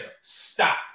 stop